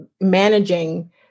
managing